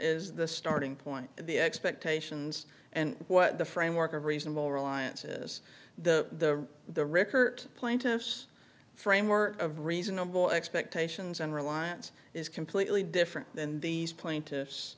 is the starting point the expectations and what the framework of reasonable reliance is the the rickert plaintiff's framework of reasonable expectations and reliance is completely different than these plaintiffs